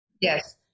Yes